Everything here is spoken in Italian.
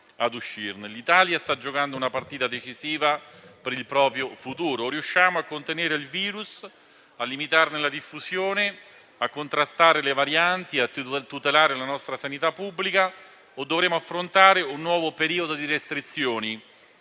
L'Italia sta giocando una partita decisiva per il proprio futuro. O riusciamo a contenere il virus, a limitarne la diffusione, a contrastare le varianti, a tutelare la nostra sanità pubblica o dovremo affrontare un nuovo periodo di restrizioni